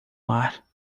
mar